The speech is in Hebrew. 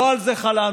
לא על זה חלמנו,